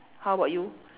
how about you